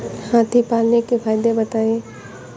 हाथी पालने के फायदे बताए?